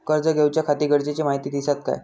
कर्ज घेऊच्याखाती गरजेची माहिती दितात काय?